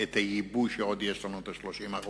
את היבוא שעוד יש לנו, את ה-30%,